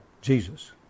Jesus